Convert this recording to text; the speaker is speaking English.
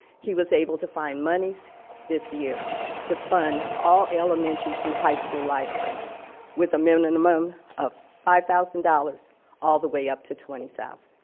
he was able to find monies this year to fund all elementary through high school libraries with a minimum of five thousand dollars all the way up to twenty thousand